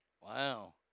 Wow